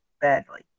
badly